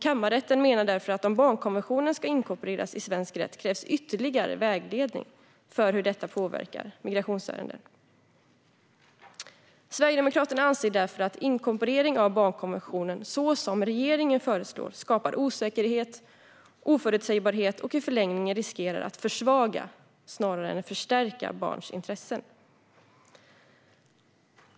Kammarrätten menar därför att om barnkonventionen ska inkorporeras i svensk rätt krävs ytterligare vägledning för hur detta påverkar migrationsärenden. Sverigedemokraterna anser därför att inkorporering av barnkonventionen på det sätt som regeringen föreslår skapar osäkerhet och oförutsägbarhet och i förlängningen riskerar att försvaga snarare än att förstärka barns intressen.